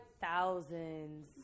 thousands